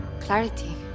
Clarity